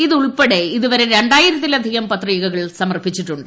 ഇതുൾപ്പെടെ ഇതുവരെ രണ്ടായിരത്തിലധികം പത്രികകൾ സമർപ്പിച്ചിട്ടുണ്ട്